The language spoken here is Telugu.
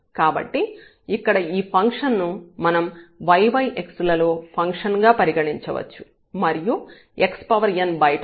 కాబట్టి ఇక్కడ ఈ ఫంక్షన్ ను మనం yx లలో ఫంక్షన్ గా పరిగణించవచ్చు మరియు xnబయట ఉంది